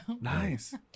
Nice